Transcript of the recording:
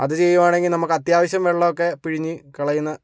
അത് ചെയ്യുകയണെങ്കിൽ നമുക്ക് അത്യാവശ്യം വെള്ളമൊക്കെ പിഴിഞ്ഞു കളയുന്ന